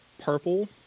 Purple